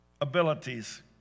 abilities